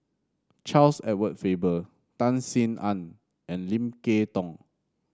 Charles Edward Faber Tan Sin Aun and Lim Kay Tong